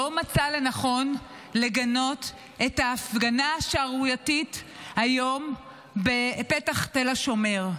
לא מצא לנכון לגנות את ההפגנה השערורייתית היום בפתח תל השומר,